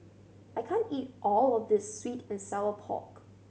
I can't eat all of this sweet and sour pork